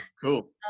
Cool